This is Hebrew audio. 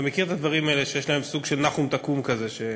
אתה מכיר את הדברים האלה שיש להם סוג של "נחום תקום" כזה.